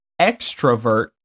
extrovert